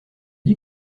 dis